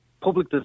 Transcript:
public